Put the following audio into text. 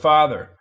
Father